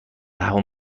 رها